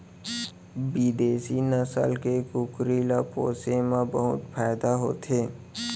बिदेसी नसल के कुकरी ल पोसे म बहुत फायदा होथे